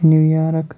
New York